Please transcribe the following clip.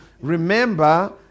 remember